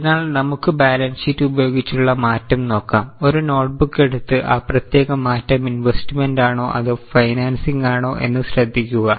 അതിനാൽ നമുക്ക് balance sheet ഉപയോഗിച്ചുള്ള മാറ്റം നോക്കാം ഒരു നോട്ട്ബുക്ക് എടുത്ത് ആ പ്രത്യേക മാറ്റം ഇൻവെസ്റ്റ്മെന്റ് ആണോ അതോ ഫൈനൻസിങ് ആണോ എന്ന് ശ്രദ്ധിക്കുക